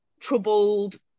troubled